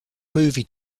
movie